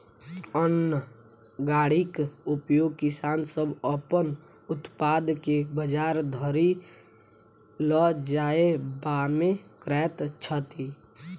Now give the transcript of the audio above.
अन्न गाड़ीक उपयोग किसान सभ अपन उत्पाद के बजार धरि ल जायबामे करैत छथि